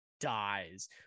dies